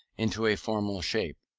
into a formal shape.